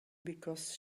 because